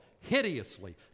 hideously